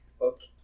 Okay